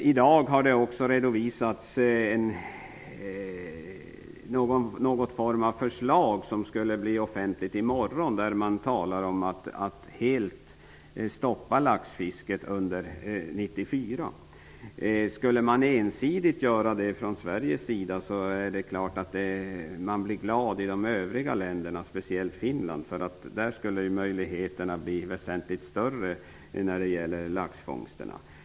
I dag har man också redovisat någon form av förslag, som skall bli offentligt i morgon, i vilket man talar om att helt stoppa laxfisket under 1994. Skulle vi från svensk sida ensidigt göra detta, blir man naturligtvis glad i övriga länder i området, speciellt i Finland, eftersom dessa länder då skulle få väsentligt förbättrade möjligheter till laxfångst.